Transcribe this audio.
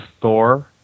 Thor